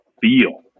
feel